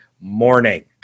morning